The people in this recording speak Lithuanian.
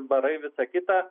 barai visa kita